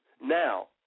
Now